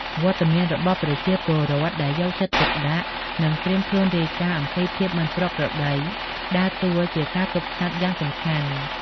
វត្តមានរបស់ប្រជាពលរដ្ឋដែលយកចិត្តទុកដាក់ និងត្រៀមខ្លួនរាយការណ៍អំពីភាពមិនប្រក្រតី ដើរតួជាការទប់ស្កាត់យ៉ាងសំខាន់។